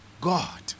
God